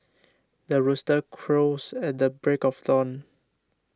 the rooster crows at the break of dawn